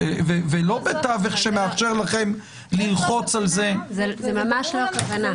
ולא בתווך שמאפשר לכם ללחוץ על זה -- זו ממש לא הכוונה.